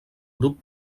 grup